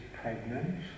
pregnant